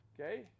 okay